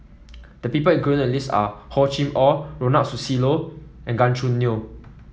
the people included in the list are Hor Chim Or Ronald Susilo and Gan Choo Neo